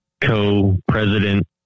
co-president